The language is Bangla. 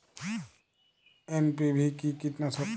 এন.পি.ভি কি কীটনাশক?